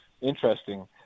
interesting